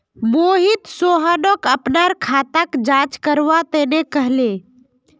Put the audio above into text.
मोहित सोहनक अपनार खाताक जांच करवा तने कहले